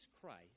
Christ